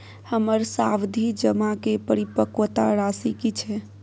हमर सावधि जमा के परिपक्वता राशि की छै?